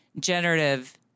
generative